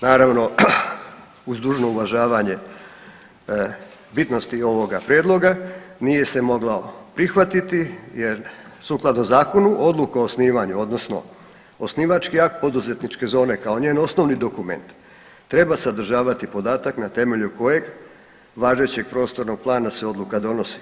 Naravno, uz dužno uvažavanje bitnosti ovoga prijedloga, nije se moglo prihvatiti jer sukladno zakonu, odluka o osnivanju, odnosno osnivački akt poduzetničke zone kao njen osnovni dokument treba sadržavati podatak na temelju kojeg važećeg prostornog plana se odluka donosi.